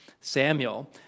Samuel